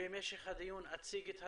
בהמשך הדיון אני אציג את הדברים.